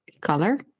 color